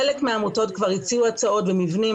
חלק מהעמותות כבר הציעו הצעות ומבנים,